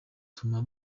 tuma